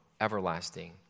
everlasting